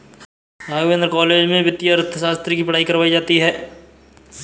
Raghavendra college में वित्तीय अर्थशास्त्र की पढ़ाई करवायी जाती है